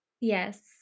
Yes